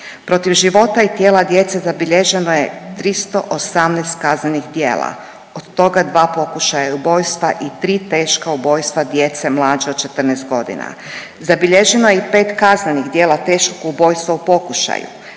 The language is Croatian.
Protiv života i tijela djece zabilježeno je 318 kaznenih djela, od toga 2 pokušaja ubojstva i 3 teška ubojstva djece mlađe od 14.g., zabilježeno je i 5 kaznenih djela teškog ubojstva u pokušaju,